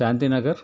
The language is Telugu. శాంతీనగర్